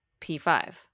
P5